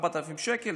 4,000 שקל.